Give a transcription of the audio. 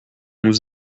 nous